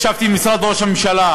ישבתי עם משרד ראש הממשלה,